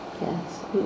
Yes